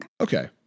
Okay